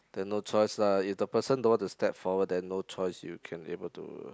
then no choice lah if the person don't want to step forward then no choice you can able to